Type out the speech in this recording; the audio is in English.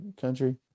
country